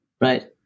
Right